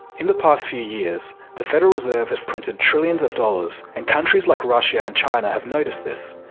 in the past few years the federal reserve has printed trillions of dollars and countries like russia and china have noticed this.